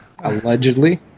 Allegedly